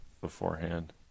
beforehand